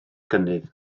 gynnydd